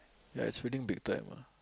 ya it's big time ah